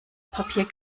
papier